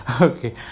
okay